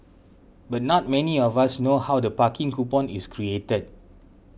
but not many of us know how the parking coupon is created